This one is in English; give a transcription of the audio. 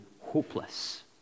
hopeless